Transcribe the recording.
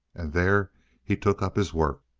and there he took up his work.